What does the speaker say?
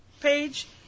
page